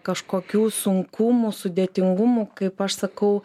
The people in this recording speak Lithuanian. kažkokių sunkumų sudėtingumų kaip aš sakau